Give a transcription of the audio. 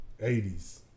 80s